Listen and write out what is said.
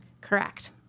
Correct